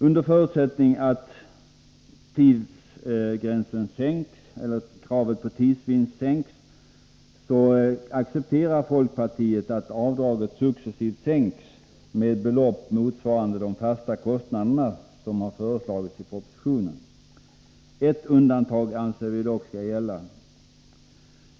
Under förutsättning att kravet på tidsvinst minskas accepterar folkpartiet att avdraget successivt sänks med ett belopp motsvarande de fasta kostnaderna, som föreslagits i propositionen. Ett undantag anser vi dock skall gälla.